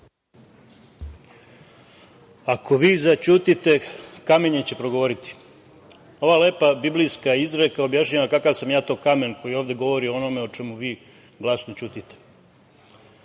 Ako vi zaćutite, kamenje će progovoriti. Ova lepa biblijska izreka objašnjava kakav sam ja to kamen koji ovde govori o onome o čemu vi glasno